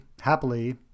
happily